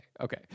okay